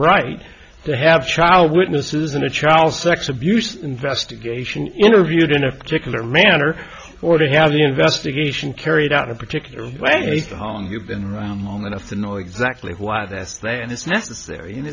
right to have child witnesses and a child sex abuse investigation interviewed in a particular manner or to have the investigation carried out a particular way you've been around long enough to know exactly why this plan is necessary and